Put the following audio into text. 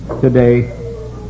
today